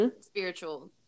Spiritual